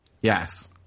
Yes